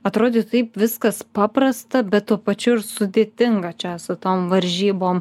atrodytų taip viskas paprasta bet tuo pačiu ir sudėtinga čia su tom varžybom